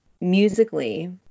musically